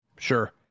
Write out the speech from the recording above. Sure